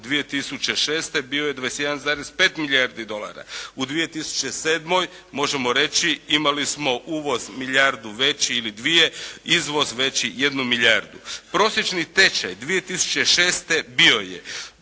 2006. bio je 21,5 milijardi dolara. U 2007. možemo reći imali smo uvoz milijardu veći ili dvije, izvoz veći jednu milijardu. Prosječni tečaj 2006. bio je,